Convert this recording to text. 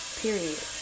period